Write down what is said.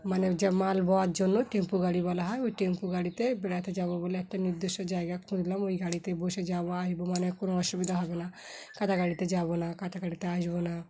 মানে যে মাল বওয়ার জন্য টেম্পো গাড়ি বলা হয় ওই টেম্পো গাড়িতে বেড়াতে যাবো বলে একটা নির্দিষ্ট জায়গা খুঁজলাম ওই গাড়িতে বসে যাবো আসবো মানে কোনো অসুবিধা হবে না গাড়িতে যাবো না গাড়িতে আসবো না